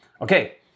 Okay